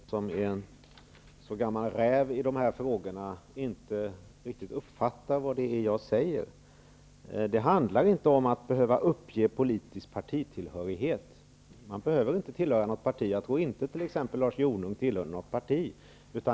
Herr talman! Jag måste säga att jag är litet förvånad över att Bertil Fiskesjö, som är en sådan gammal räv när det gäller de här frågorna, inte riktigt uppfattar vad jag säger. Det handlar inte om att behöva uppge politisk partitillhörighet. Man behöver inte tillhöra något parti. Jag tror t.ex. inte att Lars Jonung tillhörde något parti.